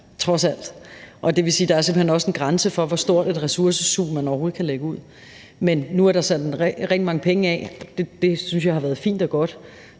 der er, og det vil også sige, at der simpelt hen er en grænse for, hvor stort et ressourcesug man overhovedet kan lægge ud. Men nu er der sat rigtig mange penge af, og det synes jeg har været fint og godt,